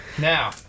now